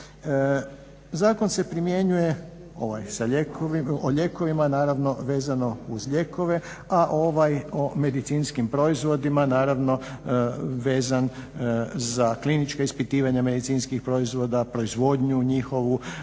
Zakon se primjenjuje, ovaj o lijekovima naravno, vezano uz lijekove, a ovaj o medicinskim proizvodima naravno vezan za klinička ispitivanja medicinskih proizvoda, proizvodnju njihovu,